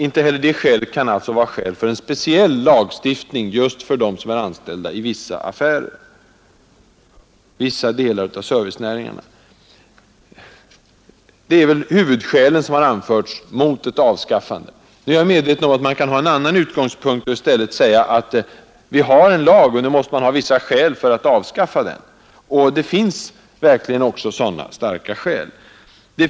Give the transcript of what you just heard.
Inte heller det skälet kan alltså motivera en speciell lagstiftning just för dem som är anställda i vissa servicenäringar. Detta är de huvudskäl som har anförts mot ett avskaffande av affärstidslagen. Jag är medveten om att man kan ha en annan utgångspunkt än den jag har angivit och säga, att eftersom vi har en lag måste man kunna åberopa vissa skäl om man vill avskaffa den. Det finns också starka sådana skäl.